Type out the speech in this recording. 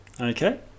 okay